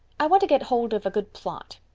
i want to get hold of a good plot.